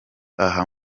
aha